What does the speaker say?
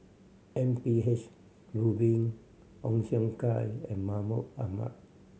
M P H Rubin Ong Siong Kai and Mahmud Ahmad